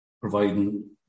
providing